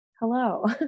Hello